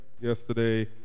yesterday